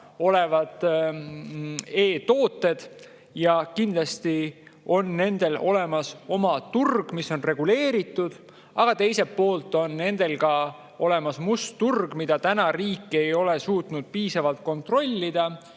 ka nikotiinita. Ja kindlasti on nendel olemas oma turg, mis on reguleeritud, aga teiselt poolt on olemas ka must turg, mida riik ei ole suutnud piisavalt kontrollida.